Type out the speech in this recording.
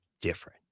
different